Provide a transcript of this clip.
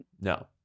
No